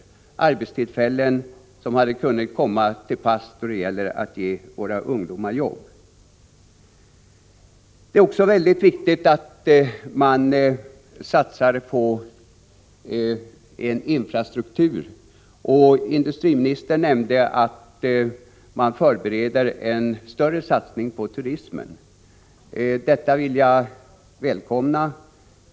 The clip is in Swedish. Dessa arbetstillfällen hade kunnat komma väl till pass då det gäller att ge våra ungdomar jobb. Det är också viktigt att man satsar på en infrastruktur. Industriministern nämnde att man förbereder en större satsning på turismen. Detta vill jag välkomna.